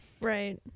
Right